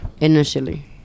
initially